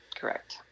correct